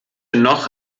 noch